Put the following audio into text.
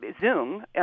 Zoom